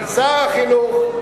שר החינוך,